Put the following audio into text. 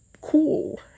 cool